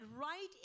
right